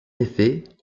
effet